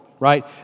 right